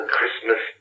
Christmas